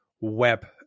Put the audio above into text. web